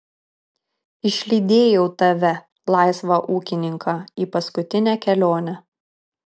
išlydėjau tave laisvą ūkininką į paskutinę kelionę